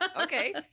Okay